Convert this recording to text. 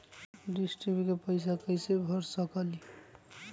Dish TV के पैईसा कईसे भर सकली?